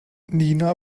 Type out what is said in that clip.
nina